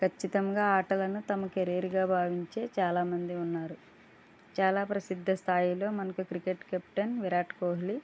ఖచ్చితంగా ఆటలను తమ కెరీర్గా భావించే చాలా మంది ఉన్నారు చాలా ప్రసిద్ధ స్థాయిలో మనకు క్రికెట్ కెప్టెన్ విరాట్ కోహ్లీ